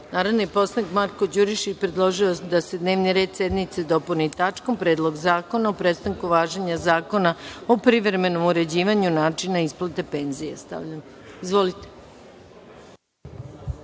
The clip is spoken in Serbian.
predlog. Narodni poslanik Marko Đurišić, predložio je da se dnevni red sednice dopuni tačkom Predlog zakona o prestanku važenja Zakona o privremenom uređivanju načina isplate penzija. Reč